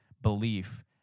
belief